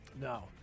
No